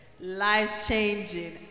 life-changing